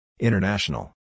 International